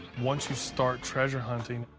once you start treasure hunting,